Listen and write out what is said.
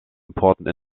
important